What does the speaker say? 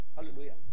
Hallelujah